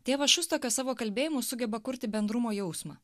tėvas šustokas savo kalbėjimu sugeba kurti bendrumo jausmą